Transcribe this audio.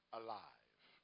alive